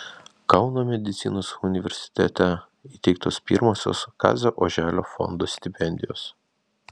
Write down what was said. kauno medicinos universitete įteiktos pirmosios kazio oželio fondo stipendijos